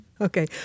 Okay